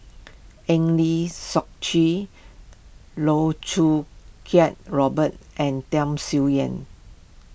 Eng Lee Seok Chee Loh Choo Kiat Robert and Tham Sien Yen